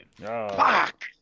fuck